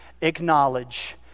acknowledge